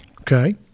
Okay